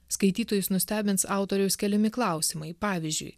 skaitytojus nustebins autoriaus keliami klausimai pavyzdžiui